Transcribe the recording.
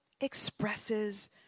expresses